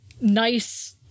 nice